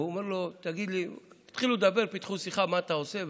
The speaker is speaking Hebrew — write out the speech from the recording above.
ואומר לו, התחילו לדבר, פיתחו שיחה: מה אתה עושה?